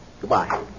Goodbye